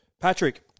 Patrick